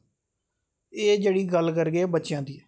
एह् जेह्ड़ी गल्ल करगे बच्चेआं दी